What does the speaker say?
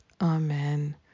Amen